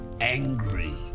angry